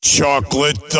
Chocolate